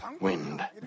wind